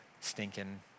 stinking